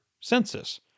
census